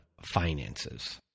finances